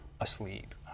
asleep